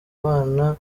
bana